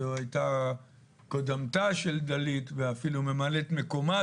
זו הייתה קודמתה של דלית ואפילו ממלאת מקומה